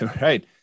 Right